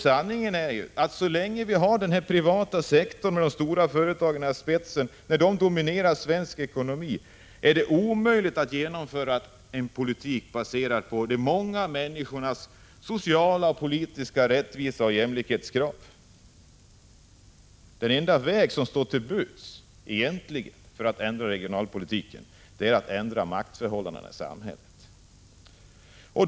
Sanningen är ju den att det så länge som den privata sektorn med de stora företagen i spetsen dominerar svensk ekonomi är omöjligt att genomföra en politik baserad på de många människornas sociala och politiska rättviseoch jämlikhetskrav. Den enda väg som egentligen står till buds för att ändra regionalpolitiken är att ändra maktförhållandena i samhället.